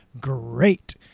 great